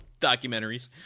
documentaries